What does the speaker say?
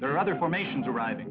there are other formations arriving